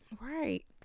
Right